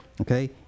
Okay